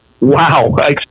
Wow